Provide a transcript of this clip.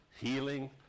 healing